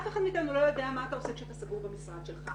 אף אחד מאיתנו לא יודע מה אתה עושה במשרד שלך,